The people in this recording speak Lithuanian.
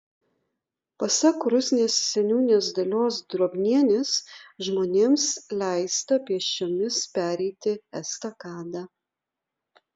pasak rusnės seniūnės dalios drobnienės žmonėms leista pėsčiomis pereiti estakadą